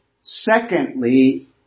Secondly